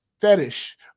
fetish